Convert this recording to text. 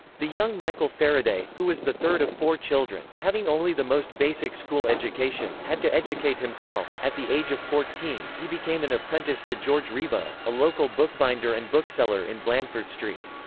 the young michael faraday, who was the third of four children, having only the most basic school education, had to educate himself at the age of fourteen he became an apprentice to george riebau, a local bookbinder and bookseller in blandford street.